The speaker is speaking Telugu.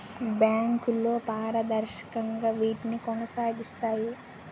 బ్యాంకులు పారదర్శకంగా వీటిని కొనసాగిస్తాయి